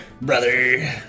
Brother